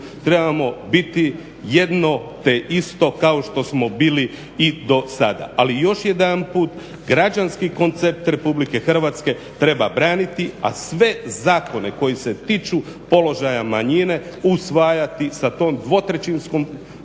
trebamo biti jedno te isto kao što smo bili i dosada. Ali još jedanput građanski koncept RH treba braniti, a sve zakone koji se tiču položaja manjine usvajati sa tom dvotrećinskom